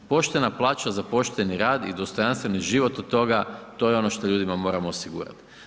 Poštena plaća za pošteni rad i dostojanstveni život od toga, to je ono što ljudima moramo osigurati.